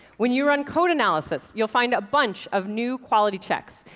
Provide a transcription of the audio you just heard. when you run code analyses, you'll find a bunch of new quality checks,